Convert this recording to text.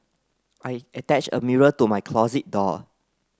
I attached a mirror to my closet door